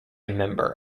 member